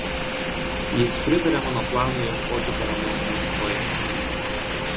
jis pritarė mano planui ieškoti paramos maskvoje